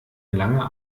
lange